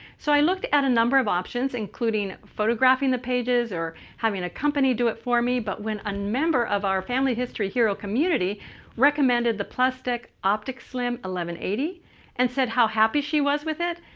so i looked at a number of options, including photographing the pages or having a company do it for me. but when a member of our family history hero community recommended the plustek opticslim eighty and said how happy she was with it,